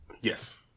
Yes